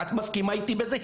את מסכימה איתי בזה?